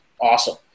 awesome